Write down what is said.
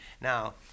now